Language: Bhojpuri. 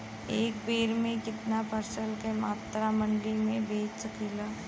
एक बेर में कितना फसल के मात्रा मंडी में बेच सकीला?